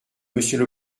monsieur